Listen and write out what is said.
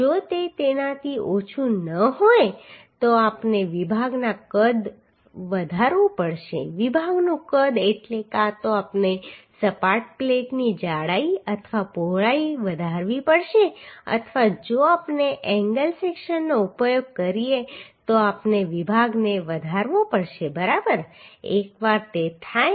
જો તે તેનાથી ઓછું ન હોય તો આપણે વિભાગનું કદ વધારવું પડશે વિભાગનું કદ એટલે કાં તો આપણે સપાટ પ્લેટની જાડાઈ અથવા પહોળાઈ વધારવી પડશે અથવા જો આપણે એંગલ સેક્શનનો ઉપયોગ કરીએ તો આપણે વિભાગને વધારવો પડશે બરાબર એકવાર તે થાય